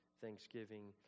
thanksgiving